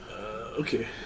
okay